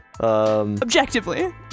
objectively